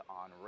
on